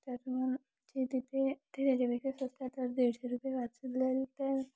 ते तिथे ते त्याच्यापेक्षा स्वस्त आहे तर दीडशे रुपये वाचलेल तर